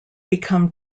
become